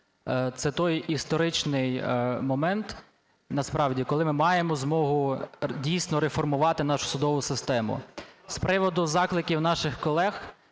Це той історичний момент насправді, коли ми маємо змогу дійсно реформувати нашу судову систему. З приводу закликів наших колег